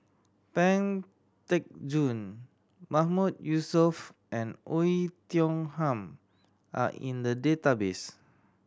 Pang Teck Joon Mahmood Yusof and Oei Tiong Ham are in the database